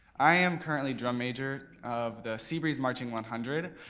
i am currently drum major of the seabreeze marching one hundred